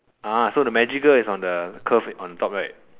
ah so the magical is on the curve on top right